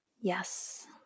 Yes